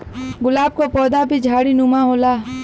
गुलाब क पौधा भी झाड़ीनुमा होला